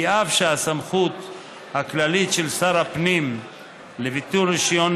כי אף שהסמכות הכללית של שר הפנים לביטול רישיון